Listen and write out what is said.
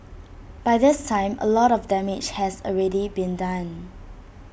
by this time A lot of damage has already been done